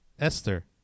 Esther